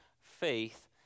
faith